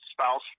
spouse